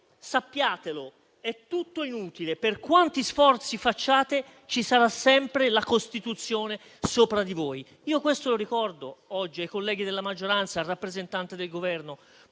«Sappiatelo, è tutto inutile. Per quanti sforzi facciate, ci sarà sempre la Costituzione sopra di voi». Lo ricordo oggi ai colleghi della maggioranza e al rappresentante del Governo;